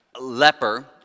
Leper